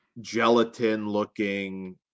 Gelatin-looking